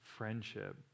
Friendship